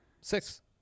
six